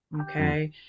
Okay